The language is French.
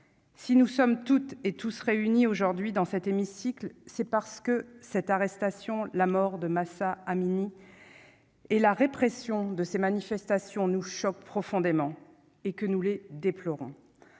si nous sommes toutes et tous se réunit aujourd'hui dans cet hémicycle, c'est parce que cette arrestation, la mort de Mahsa Amini et la répression de ces manifestations nous choque profondément et que nous les déplorant